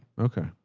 okay.